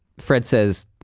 fred says,